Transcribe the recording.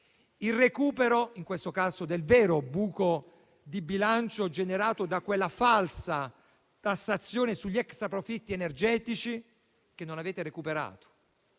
il recupero, in questo caso del vero buco di bilancio, generato da quella falsa tassazione sugli extraprofitti energetici che ha lasciato